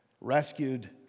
rescued